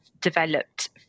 developed